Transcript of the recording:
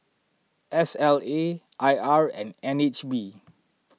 S L A I R and N H B